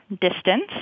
distance